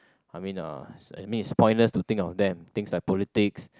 I mean uh mean is pointless to think of them things like politics